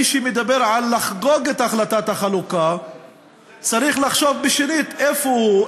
מי שמדבר על לחגוג את החלטת החלוקה צריך לחשוב שנית איפה הוא,